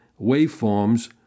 waveforms